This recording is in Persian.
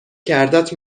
کردت